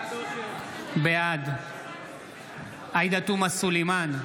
בעד עאידה תומא סלימאן,